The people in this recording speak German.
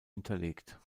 belegt